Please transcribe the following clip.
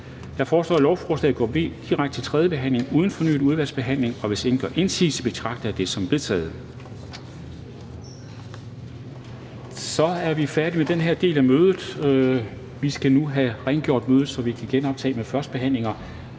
Jeg foreslår, at lovforslaget går direkte til tredje behandling uden fornyet udvalgsbehandling. Hvis ingen gør indsigelse, betragter jeg det som vedtaget. Det er vedtaget. Så er vi færdige med den her del af mødet. Vi skal nu have rengjort salen, så vi kan genoptage mødet med førstebehandlinger.